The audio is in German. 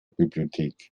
bibliothek